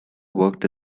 worked